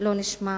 לא נשמע.